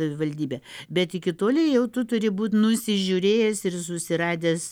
savivaldybė bet iki toliai jau turi būt nusižiūrėjęs ir susiradęs